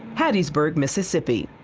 haddisburg, mississippi.